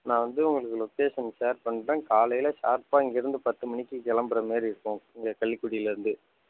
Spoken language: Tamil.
நான் வந்து உங்களுக்கு லொக்கேஷன் ஷேர் பண்ணுறேன் காலையில ஷார்ப்பாக இங்கேருந்து பத்து மணிக்கு கிளம்புறமேரி இருக்கும் இங்கே கள்ளிக்குடிலருந்து